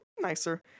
nicer